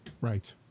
Right